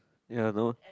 ya no